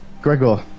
Gregor